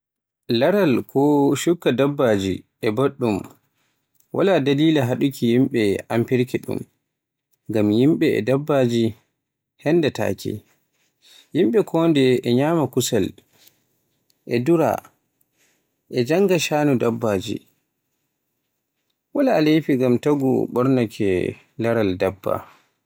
Laaral ko shukka dabbaji e boɗɗun wala dalila haɗuuki yimɓe amfirki ɗum. Ngam yimɓe e dabbaji henndataake, yimɓe kondeye e nyama kusel e dura, e jannga sha'anu dabbaji. Wala leyfi ngam taagu ɓornaake laaral dabba.